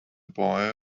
boy